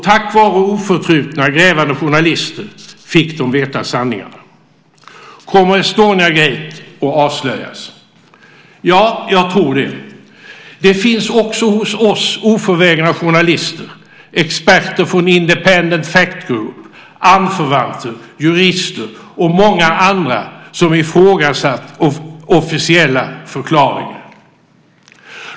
Tack vare oförtrutna grävande journalister fick vi veta sanningarna. Kommer Estoniagate att avslöjas? Ja, jag tror det. Det finns också hos oss oförvägna journalister, experter från Independent Fact Group, anförvanter, jurister och många andra som ifrågasatt officiella förklaringar.